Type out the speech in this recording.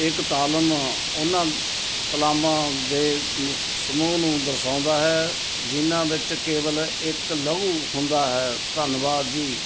ਏਕਤਾਲਮ ਉਨ੍ਹਾਂ ਤਲਾਮਾਂ ਦੇ ਸਮੂਹ ਨੂੰ ਦਰਸਾਉਂਦਾ ਹੈ ਜਿਨ੍ਹਾਂ ਵਿੱਚ ਕੇਵਲ ਇੱਕ ਲਘੁ ਹੁੰਦਾ ਹੈ ਧੰਨਵਾਦ ਜੀ